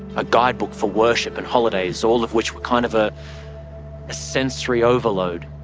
a guidebook for worship in holidays, all of which were kind of ah a sensory overload.